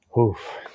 Oof